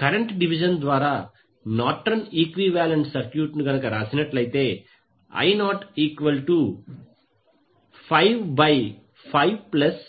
current division ద్వారా Norton equivalent circuit I05520j15IN3j85j31